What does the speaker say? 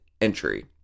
entry